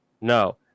No